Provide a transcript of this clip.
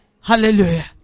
Hallelujah